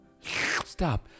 Stop